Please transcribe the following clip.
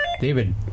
David